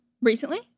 recently